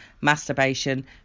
masturbation